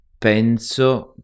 penso